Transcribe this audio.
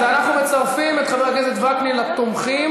אז אנחנו מצרפים את חבר הכנסת וקנין לתומכים,